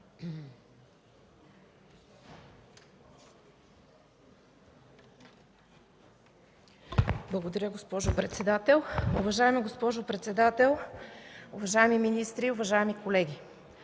Благодаря, госпожо председател. Уважаема госпожо председател, уважаеми господа министри, уважаеми колеги!